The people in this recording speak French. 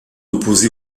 opposé